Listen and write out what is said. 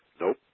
Nope